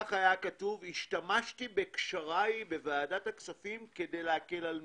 וכך היה כתוב: "השתמשתי בקשריי בוועדת הכספים כדי להקל על מגדל".